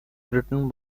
written